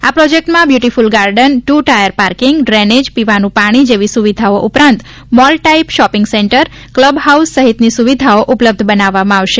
આ પ્રોજેક્ટમાં beautiful garden two tier parking drainage પીવાનું પાણી જેવી સવિધાઓ ઉપરાંત mall type shopping centre club house સહિતની સવિધાઓ ઉપલબ્ધ બનાવવામાં આવનાર છે